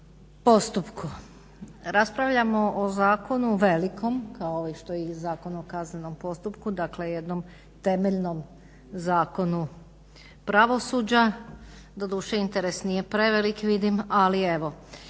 postupku. raspravljamo o zakonu velikom kao što je i kao Zakon o kaznenom postupku dakle jednom temeljnom zakonu pravosuđa. Doduše interes nije prevelik vidim, ali evo.